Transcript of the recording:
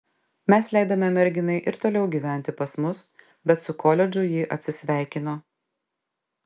mes leidome merginai ir toliau gyventi pas mus bet su koledžu ji atsisveikino